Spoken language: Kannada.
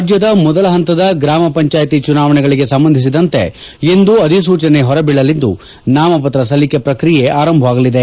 ರಾಜ್ಯದ ಮೊದಲ ಹಂತದ ಗ್ರಾಮ ಪಂಚಾಯತಿ ಚುನಾವಣೆಗಳಿಗೆ ಸಂಬಂಧಿಸಿದಂತೆ ಇಂದು ಅಧಿಸೂಚನೆ ಹೊರಬಿದ್ದಿದ್ದು ನಾಮಪತ್ರ ಸಲ್ಲಿಕೆ ಪ್ರಕ್ರಿಯೆ ಆರಂಗೊಂಡಿದೆ